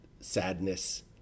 sadness